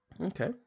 okay